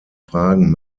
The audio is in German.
fragen